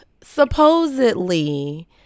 supposedly